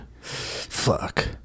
fuck